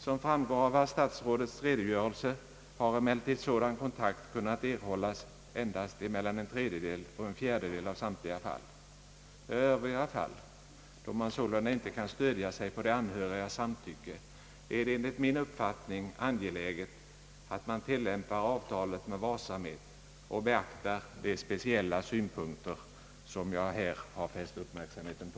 Som framgår av herr statsrådets redogörelse har emellertid sådan kontakt kunnat erhållas i endast mellan en tredjedel och en fjärdedel av samtliga fall. I övriga fall, där man sålunda inte kan stödja sig på de anhörigas samtycke, är det enligt min uppfattning angeläget att man tillämpar avtalet med varsamhet och beaktar de speciella synpunkter som jag här fäst uppmärksamheten på.